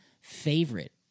favorite